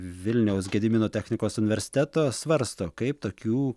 vilniaus gedimino technikos universiteto svarsto kaip tokių